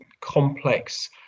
complex